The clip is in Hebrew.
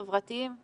חברתיים,